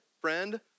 friend